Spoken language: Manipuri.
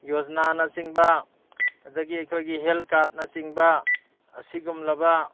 ꯌꯣꯖꯅꯥꯅꯆꯤꯡꯕ ꯑꯗꯒꯤ ꯑꯩꯈꯣꯏꯒꯤ ꯍꯦꯜꯠ ꯀꯥꯔꯠꯅꯆꯤꯡꯕ ꯑꯁꯤꯒꯨꯝꯂꯕ